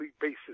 basis